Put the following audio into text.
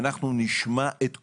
ואנחנו נשמע את כולם,